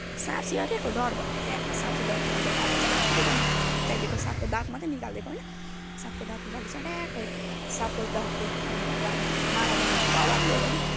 साँपसँग के को डर ट्याक्के साँप चाहिँ डन्ठीमा बटारेर के बङ कि बङ कुच्याइदिएको साँपको दाँत मात्रै निकाल्दिएको होइन साँपको दात निकालेर चाहिँ ट्याक्कै साँपको दातको माला बनाउनुपर्छ भनिदिएको होइन